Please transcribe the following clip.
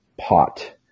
pot